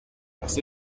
das